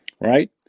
right